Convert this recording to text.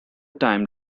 time